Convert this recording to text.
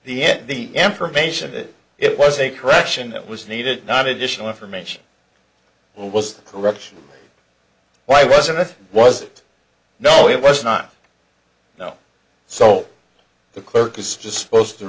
end the information that it was a correction that was needed not additional information was corruption why wasn't it was it no it was not now so the clerk is just spose to